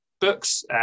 books